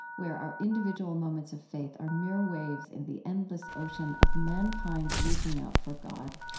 where our individual moments of faith are mere waves in the endless ocean of mankind's reaching out for god,